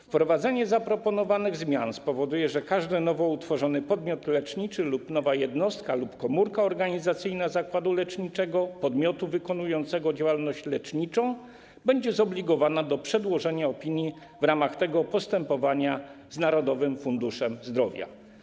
Wprowadzenie zaproponowanych zmian spowoduje, że każdy nowo utworzony podmiot leczniczy lub nowa jednostka lub komórka organizacyjna zakładu leczniczego podmiotu wykonującego działalność leczniczą będą zobligowane do przedłożenia opinii w ramach tego postępowania z Narodowym Funduszem Zdrowia.